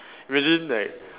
imagine like